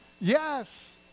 Yes